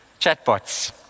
chatbots